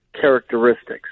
characteristics